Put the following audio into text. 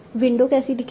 window कैसी दिखेगी